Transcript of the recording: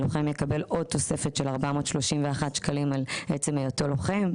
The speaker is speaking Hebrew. לוחם יקבל עוד תוספת של 431 שקלים על עצם היותו לוחם,